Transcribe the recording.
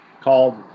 called